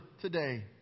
today